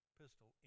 pistol